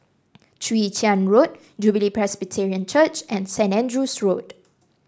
Chwee Chian Road Jubilee Presbyterian Church and St Andrew's Road